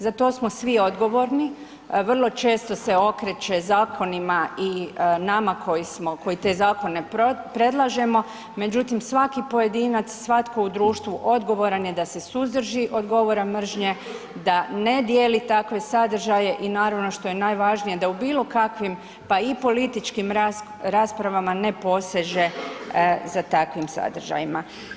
Za to smo svi odgovorni, vrlo često se okreće zakonima i nama koji smo, koji te zakone predlažemo, međutim svaki pojedinac, svatko u društvu odgovoran je da se suzdrži od govora mržnje, da ne dijeli takve sadržaje i naravno što je najvažnije da u bilo kakvim pa i političkim raspravama ne poseže za takvim sadržajima.